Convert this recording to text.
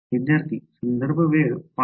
विद्यार्थीः संदर्भ वेळ ०५